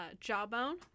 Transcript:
Jawbone